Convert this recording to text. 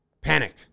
Panic